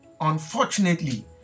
Unfortunately